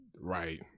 Right